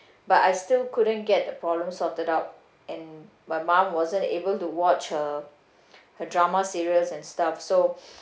but I still couldn't get the problem sorted out and my mom wasn't able to watch her her drama serials and stuff so